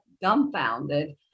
dumbfounded